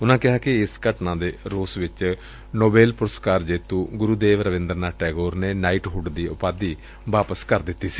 ਉਨਾਂ ਕਿਹਾ ਕਿ ਇਸ ਘਟਨਾ ਦੇ ਰੋਸ ਵਿਚ ਨੋਬੇਲ ਪੁਰਸਕਾਰ ਜੇਤੁ ਗਰੁਦੇਵ ਰਾਬਿੰਦਰ ਨਾਥ ਟੈਗੋਰ ਨੇ ਨਾਈਟਹੁੱਡ ਦੀ ਉਪਾਧੀ ਵਾਪਸ ਕਰ ਦਿੱਡੀ ਸੀ